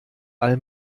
all